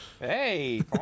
Hey